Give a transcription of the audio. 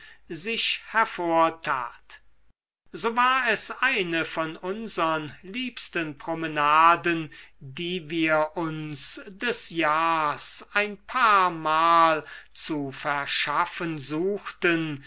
sich hervortat so war es eine von unsern liebsten promenaden die wir uns des jahrs ein paarmal zu verschaffen suchten